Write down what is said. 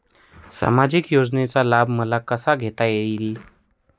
सामाजिक योजनेचा लाभ मला कसा घेता येईल?